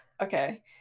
okay